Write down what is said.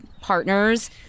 partners